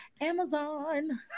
Amazon